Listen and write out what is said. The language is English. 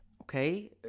okay